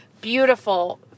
beautiful